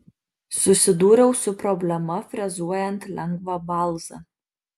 susidūriau su problema frezuojant lengvą balzą